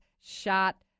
shot